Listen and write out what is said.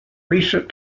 recent